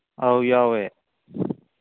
ꯑꯧ ꯌꯥꯎꯋꯦ